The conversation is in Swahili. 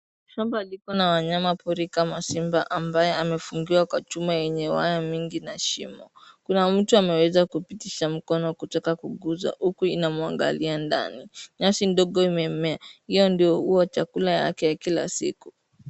Shamba likona wanyama pori kama simba ambaye amefungiwa kwa chuma yenye waya mingi na shimo. Kuna mtu ameweza kupitisha mkono kutaka kuguza, huku inamwangalia ndani. Nyasi ndogo imemea, hio ndio huwa chakula yake kila siku.